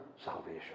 salvation